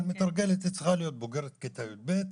היא צריכה להיות בוגרת כיתה י"ב.